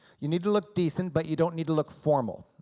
you need to look decent but you don't need to look formal,